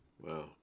Wow